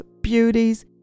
beauties